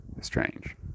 Strange